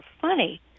funny